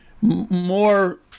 more